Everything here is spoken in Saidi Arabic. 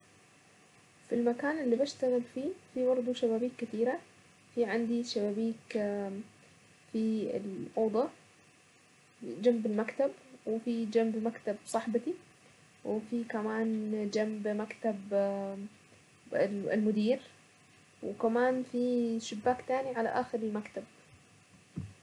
المكان اللي بشتغل فيه في برضو شبابيك كتيرة. في عندي شبابيك في الاوضة جنب المكتب وفي جنب مكتب صاحبتي وفي كمان جنب مكتب المدير وكمان في شباك تاني.